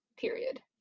period